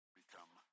become